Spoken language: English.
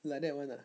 like that one ah